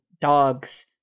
dogs